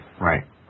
right